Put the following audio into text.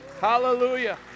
Hallelujah